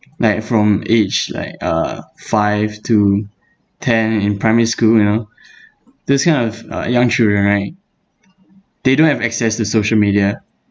like from age like uh five to ten in primary school you know this kind of uh young children right they don't have access to social media